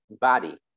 body